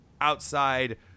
outside –